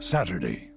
Saturday